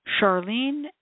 Charlene